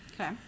Okay